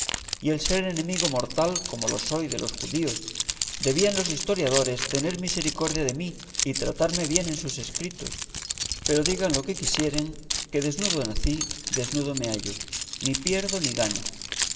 y el ser enemigo mortal como lo soy de los judíos debían los historiadores tener misericordia de mí y tratarme bien en sus escritos pero digan lo que quisieren que desnudo nací desnudo me hallo ni pierdo ni gano